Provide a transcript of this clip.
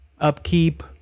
upkeep